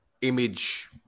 image